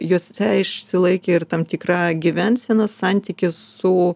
jose išsilaikė ir tam tikra gyvensena santykis su